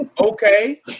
Okay